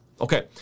okay